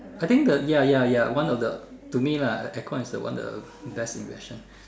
I think the ya ya ya one of the to me lah aircon is the one of the best invention